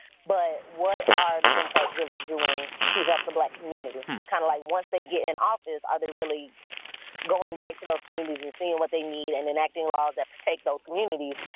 but what are the democrats really doing to help the black community? kind of like, once they get in office, are they really going back to those communities and seeing what they need and enacting laws that protect those communities?